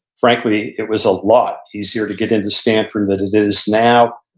frankly, it was a lot easier to get into stanford than it is now.